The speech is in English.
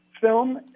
film